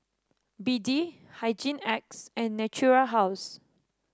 B D Hygin X and Natura House